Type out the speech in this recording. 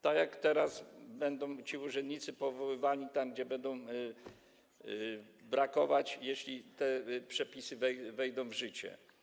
Tak teraz będą ci urzędnicy powoływani tam, gdzie będzie ich brakować, jeśli te przepisy wejdą w życie.